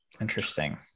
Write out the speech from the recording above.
Interesting